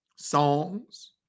Songs